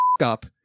Up